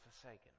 forsaken